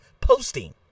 posting